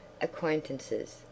acquaintances